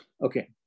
Okay